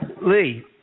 Lee